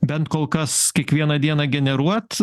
bent kol kas kiekvieną dieną generuot